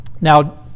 Now